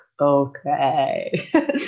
Okay